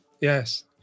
Yes